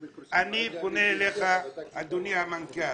אני פונה אליך, אדוני המנכ"ל,